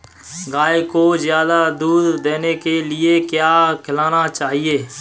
गाय को ज्यादा दूध देने के लिए क्या खिलाना चाहिए?